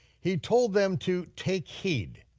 he told them to take heed,